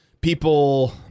people